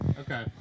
Okay